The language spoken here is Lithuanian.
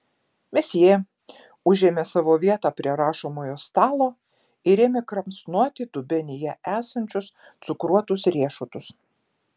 mesjė užėmė savo vietą prie rašomojo stalo ir ėmė kramsnoti dubenyje esančius cukruotus riešutus